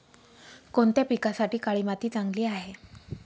कोणत्या पिकासाठी काळी माती चांगली आहे?